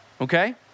Okay